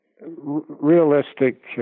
realistic